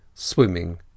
swimming